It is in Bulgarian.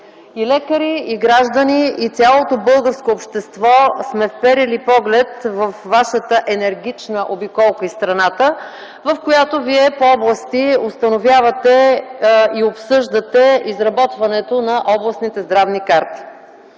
И лекари, и граждани, и цялото българско общество сме вперили поглед във Вашата енергична обиколка из страната, в която Вие по области установявате и обсъждате изработването на областните здравни карти.